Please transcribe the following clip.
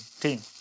team